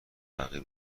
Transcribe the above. حقیر